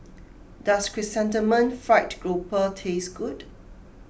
does Chrysanthemum Fried Grouper taste good